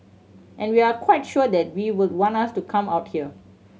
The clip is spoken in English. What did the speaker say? and we're quite sure that we would want us to come out here